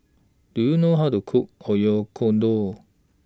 Do YOU know How to Cook Oyakodon